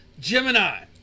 Gemini